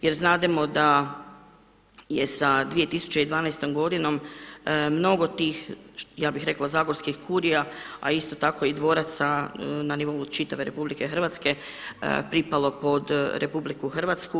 Jer znademo da je sa 2012. godinom mnogo tih, ja bih rekla zagorskih kurija a isto tako i dvoraca na nivou čitave RH pripalo pod RH.